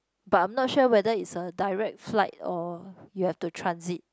but I'm not sure whether it's a direct flight or you have to transit